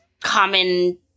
common